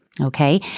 Okay